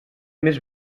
més